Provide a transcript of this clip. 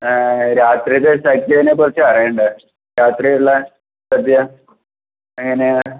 രാത്രിയിലെ സദ്യനെ പറ്റിയാണ് അറിയേണ്ടത് രാത്രിയുള്ള സദ്യ എങ്ങനെയാണ്